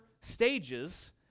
stages